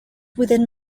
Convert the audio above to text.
within